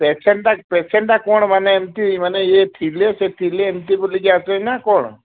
ପେସେଣ୍ଟଟା ପେସେଣ୍ଟଟା କ'ଣ ମାନେ ଏମିତି ମାନେ ଇଏ ଥିଲେ ସେ ଥିଲେ ଏମିତି ବୋଲିକି ଆସଛି ନା କ'ଣ